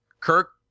Kirk